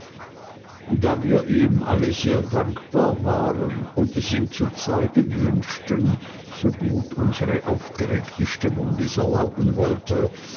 da wir ihm alle sehr dankbar waren und es ihm zu zeigen wünschten so gut unsere aufgeregte stimmung dies erlauben wollte